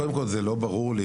קודם כל זה לא ברור לי,